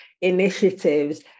initiatives